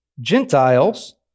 Gentiles